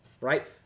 Right